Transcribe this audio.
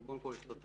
קודם כול אסטרטגיה,